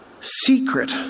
secret